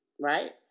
right